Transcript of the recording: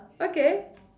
okay